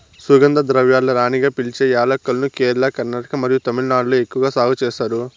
సుగంధ ద్రవ్యాల రాణిగా పిలిచే యాలక్కులను కేరళ, కర్ణాటక మరియు తమిళనాడులో ఎక్కువగా సాగు చేస్తారు